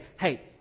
hey